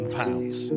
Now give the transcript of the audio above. pounds